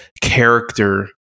character